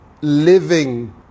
living